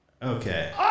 Okay